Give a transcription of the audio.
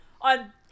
on